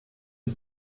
ein